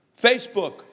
Facebook